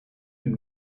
you